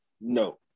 no